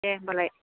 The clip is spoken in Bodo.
दे होनबालाय